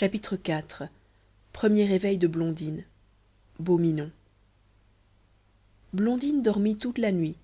iv premier réveil de blondine beau minon blondine dormit toute la nuit